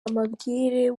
amabwire